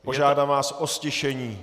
Požádám vás o ztišení.